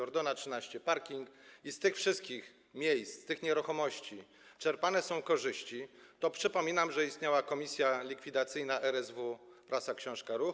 Ordona 13, parking; z tych wszystkich miejsc, z tych nieruchomości czerpane są korzyści - to przypominam, że istniała Komisja Likwidacyjna RSW „Prasa-Książka-Ruch”